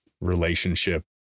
relationship